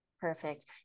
Perfect